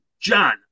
John